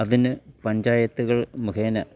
അതിന് പഞ്ചായത്തുകൾ മുഖേന